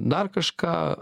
dar kažką